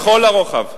לכל הרוחב.